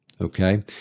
okay